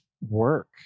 work